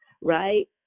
right